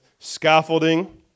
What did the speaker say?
scaffolding